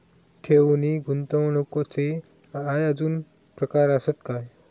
ठेव नी गुंतवणूकचे काय आजुन प्रकार आसत काय?